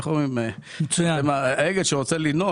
איך אומרים העגל שרוצה לינוק,